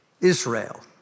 Israel